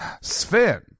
Sven